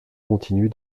continue